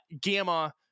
Gamma